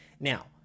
Now